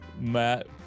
Matt